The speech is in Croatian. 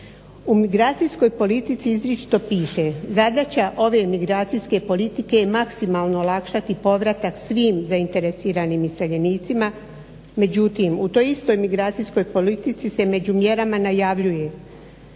U migracijskoj politici izričito piše zadaća ove migracijske politike je maksimalno olakšati povratak svim zainteresiranim iseljenicima međutim u toj istoj migracijskoj politici se među mjerama najavljuje